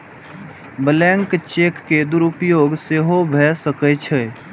blank cheque के दुरुपयोग सेहो भए सकै छै